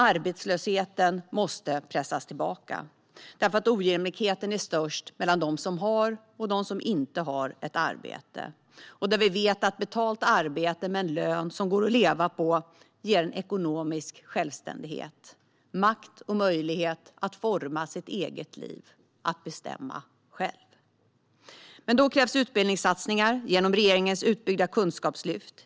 Arbetslösheten måste pressas tillbaka. Ojämlikheten är störst mellan dem som har och dem som inte har arbete. Vi vet att betalt arbete med en lön som går att leva på ger ekonomisk självständighet, makt och möjlighet att forma sitt eget liv, att bestämma själv. Då krävs utbildningssatsningar genom regeringens utbyggda kunskapslyft.